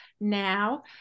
now